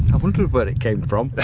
i wonder where it came from